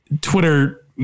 Twitter